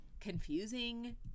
confusing